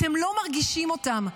אתם לא מרגישים אותם.